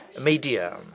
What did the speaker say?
Media